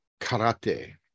Karate